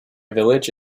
village